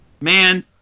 Man